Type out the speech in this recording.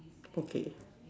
okay